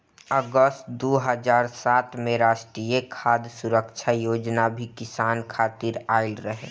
अगस्त दू हज़ार सात में राष्ट्रीय खाद्य सुरक्षा योजना भी किसान खातिर आइल रहे